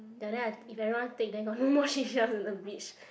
and then like if everyone take then got no more seashell on the beach